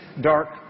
dark